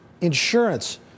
Insurance